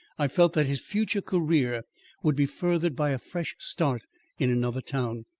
i felt that his future career would be furthered by a fresh start in another town.